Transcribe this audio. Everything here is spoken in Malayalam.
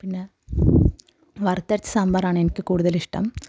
പിന്ന വറുത്തരച്ച സാമ്പാറാണ് എനിക്ക് കൂടുതൽ ഇഷ്ടം